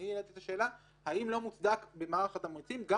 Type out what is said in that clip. אני העליתי את השאלה האם לא מוצדק במערך התמריצים גם